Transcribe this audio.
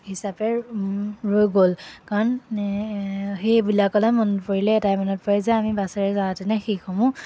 হিচাপে ৰৈ গ'ল কাৰণ সেইবিলাকলৈ মনত পৰিলে এটাই মনত পৰে যে আমি বাছেৰে যাওঁতেনে সেইসমূহ